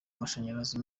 amashanyarazi